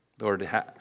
Lord